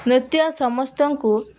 ନୃତ୍ୟ ସମସ୍ତଙ୍କୁ